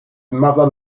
mother